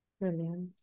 Brilliant